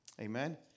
Amen